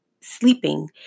sleeping